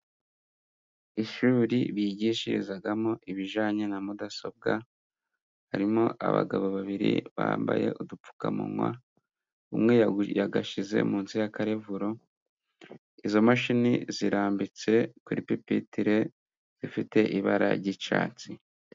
Ishuri bigishirizamo ibijyanye na mudasobwa harimo abagabo babiri bambaye udupfukamunwa umwe yagashyize munsi y'akarevuro. Izo mashini zirambitse kuri pipitile zifite ibara ry'icyatsi.